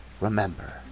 remember